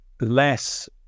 less